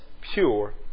pure